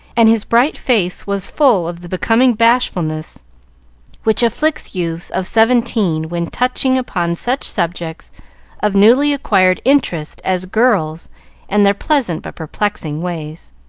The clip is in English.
and his bright face was full of the becoming bashfulness which afflicts youths of seventeen when touching upon such subjects of newly acquired interest as girls and their pleasant but perplexing ways.